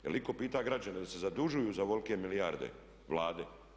Je li itko pitao građane da se zadužuju za ovolike milijarde Vlade?